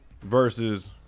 versus